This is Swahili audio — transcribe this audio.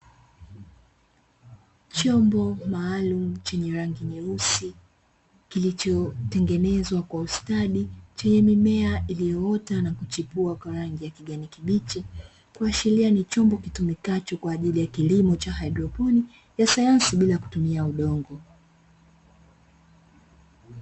Chombo maalumu chenye rangi nyeusi kilichotengenezwa kwa ustadi; chenye mimea iliyopita na kuchipua kwa rangi ya kijani kibichi, kuashiria ni chombo kitumikacho kwa ajili ya kilimo cha haidroponi cha sayansi bila kutumia udongo.